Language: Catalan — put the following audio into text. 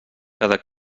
cada